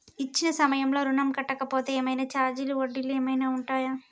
ఇచ్చిన సమయంలో ఋణం కట్టలేకపోతే ఏమైనా ఛార్జీలు వడ్డీలు ఏమైనా ఉంటయా?